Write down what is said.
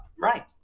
Right